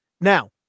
now